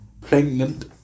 pregnant